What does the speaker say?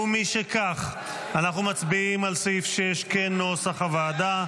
ומשכך, אנחנו מצביעים על סעיף 6 כנוסח הוועדה.